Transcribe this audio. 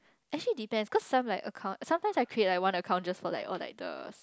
actually depends cause some like sometimes I create like one account just for like all like the